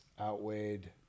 outweighed